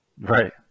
Right